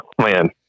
man